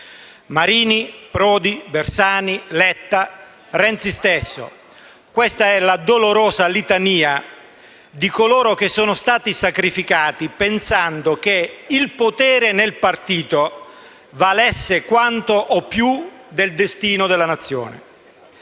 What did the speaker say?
Marini, Prodi, Bersani, Letta, Renzi stesso, questa è la dolorosa litania di coloro che sono stati sacrificati pensando che il potere nel partito valesse quanto o più del destino della Nazione.